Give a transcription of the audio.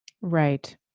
Right